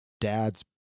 dad's